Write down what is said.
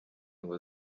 ngo